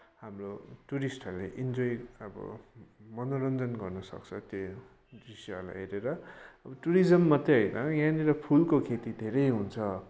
हाम्रो टुरिस्टहरूले इन्जोई अब मनोरञ्जन गर्न सक्छ त्यहाँ दृष्यहरूलाई हेरेर अब टुरिज्म मात्रै होइन यहाँनिर फुलको खेती धेरै हुन्छ